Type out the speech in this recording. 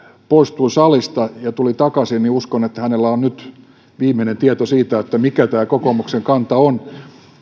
poistui salista ja tuli takaisin niin uskon että hänellä on nyt viimeinen tieto siitä mikä tämä kokoomuksen kanta on